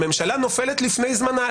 הממשלה נופלת לפני זמנה.